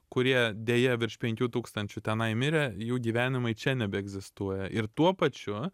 kurie deja virš penkių tūkstančių tenai mirė jų gyvenimai čia nebeegzistuoja ir tuo pačiu